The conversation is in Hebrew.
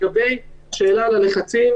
לגבי השאלה על הלחצים,